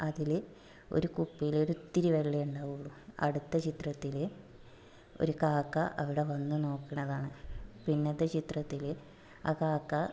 അതിൽ ഒരു കുപ്പിയിൽ ഒരിത്തിരി വെള്ളമേ ഉണ്ടാവുള്ളു അടുത്ത ചിത്രത്തിൽ ഒരു കാക്ക അവിടെ വന്ന് നോക്കണതാണ് പിന്നത്തെ ചിത്രത്തിൽ ആ കാക്ക